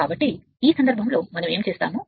కాబట్టి ఈ సందర్భంలో మనం ఏమి చేస్తాము